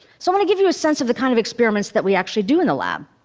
so going to give you a sense of the kind of experiments that we actually do in the lab.